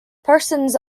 persons